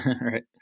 right